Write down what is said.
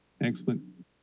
Excellent